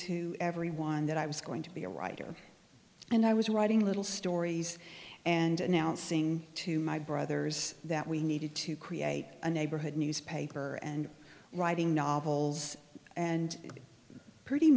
to everyone that i was going to be a writer and i was writing little stories and announcing to my brothers that we needed to create a neighborhood newspaper and writing novels and pretty